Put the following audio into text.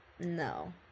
no